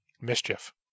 mischief